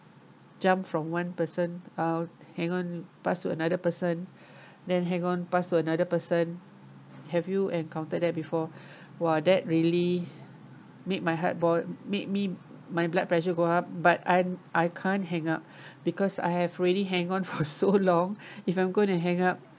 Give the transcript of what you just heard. jump from one person uh hang on pass to another person then hang on pass to another person have you encountered that before !wow! that really made my heart boil made me my blood pressure go up but I'm I can't hang up because I have already hang on for so long if I'm going to hang up